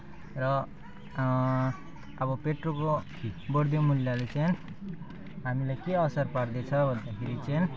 र अब पेट्रोलको बढ्दो मूल्यले चाहिँ हामीलाई के असर पार्दैछ भन्दाखेरि चाहिँ